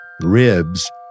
ribs